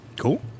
Cool